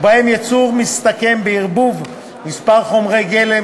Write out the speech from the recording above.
כאשר הייצור מסתכם בערבוב כמה חומרי גלם